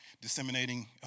disseminating